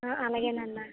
అలాగే నాన్న